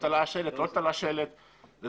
יש זיקה פוליטית.